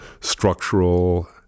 structural